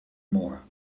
more